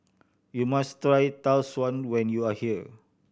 you must try Tau Suan when you are here